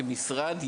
כמשרד,